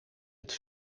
het